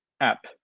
app